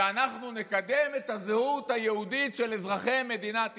ואנחנו נקדם את הזהות היהודית של אזרחי מדינת ישראל.